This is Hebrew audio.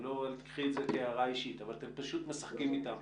אל תיקחי את זה כהערה אישית פשוט משחקים אתם